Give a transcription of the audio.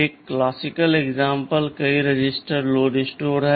एक शास्त्रीय उदाहरण कई रजिस्टर लोड स्टोर है